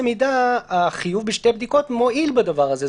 מידה החיוב בשתי בדיקות מועיל בדבר הזה.